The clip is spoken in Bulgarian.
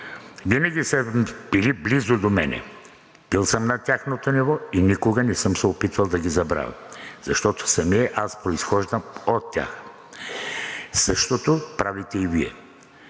винаги са били близо до мен – бил съм на тяхното ниво и никога не съм се опитвал да ги забравя, защото самият аз произхождам от тях. Същото правете и Вие